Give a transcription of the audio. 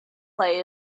play